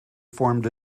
formed